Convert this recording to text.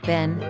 Ben